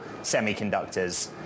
semiconductors